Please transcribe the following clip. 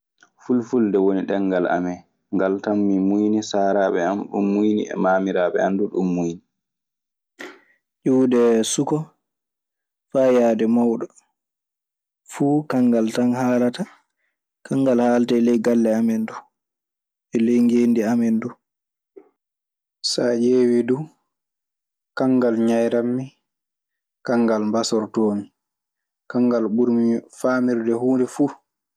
Fulfulde woni ɗengal amen, ngal tan min muyni, saaraaɓe an ɗun muyni, e maamiraaɓe an du ɗun muyni. Ƴiwde suka faa yaade mawɗo fuu kanngal tan haalata, kanngal haaltee ley galle amen duu e ley ngeendi amen duu. Saa ƴeewii du kanngal ñayrammi, kangal mbasortoomo, kangal ɓurmi faamirde huunde fu.